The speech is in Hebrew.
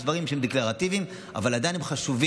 יש דברים שהם דקלרטיביים אבל הם עדיין חשובים.